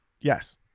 yes